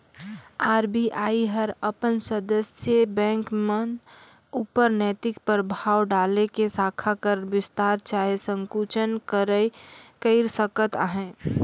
RBI हर अपन सदस्य बेंक मन उपर नैतिक परभाव डाएल के साखा कर बिस्तार चहे संकुचन कइर सकत अहे